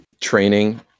training